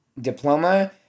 diploma